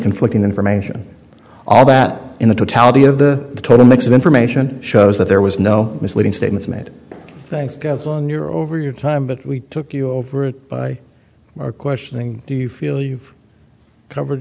conflicting information all that in the totality of the total mix of information shows that there was no misleading statements made things on your over your time but we took you over it by are questioning do you feel you've covered